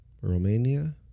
Romania